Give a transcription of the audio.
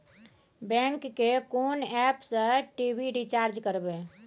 Bank के कोन app से टी.वी रिचार्ज करबे?